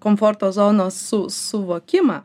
komforto zonos suvokimą